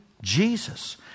Jesus